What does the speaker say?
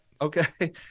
Okay